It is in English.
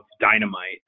dynamite